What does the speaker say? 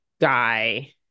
guy